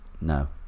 No